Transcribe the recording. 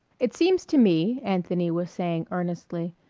it seems to me, anthony was saying earnestly,